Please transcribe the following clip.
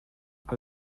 all